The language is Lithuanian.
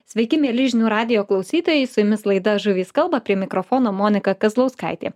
sveiki mieli žinių radijo klausytojai su jumis laida žuvys kalba prie mikrofono monika kazlauskaitė